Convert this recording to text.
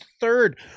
third